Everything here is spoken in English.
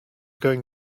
going